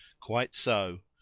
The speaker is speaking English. quite so.